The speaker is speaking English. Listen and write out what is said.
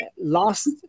Last